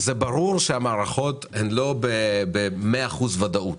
ברור שהמערכות לא ב-100% ודאות,